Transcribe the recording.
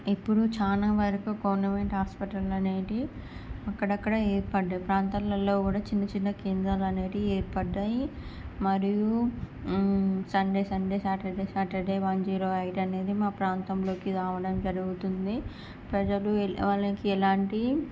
ఇప్పుడు చాలా వరకు గవర్నమెంట్ హాస్పిటల్ అనేటివి అక్కడక్కడ ఏర్పడ్డాయి ప్రాంతాలలో కూడా చిన్న చిన్న కేంద్రాలు అనేటివి ఏర్పడ్డాయి మరియు Sunday Sunday Saturday Saturday one zero eight అనేది మా ప్రాంతంలోకి రావడం జరుగుతుంది ప్రజలు వాళ్ళకి ఎలాంటి